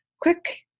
quick